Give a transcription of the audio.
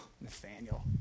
Nathaniel